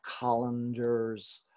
colanders